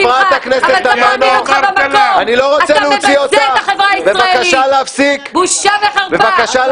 חבר הכנסת חזן, אני קורא אותך לסדר פעם שניה.